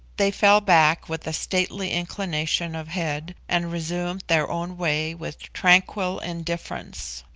they fell back with a stately inclination of head, and resumed their own way with tranquil indifference.